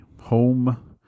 home